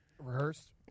Rehearsed